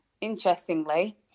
interestingly